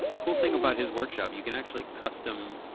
cool thing about his workshop, you can actually custom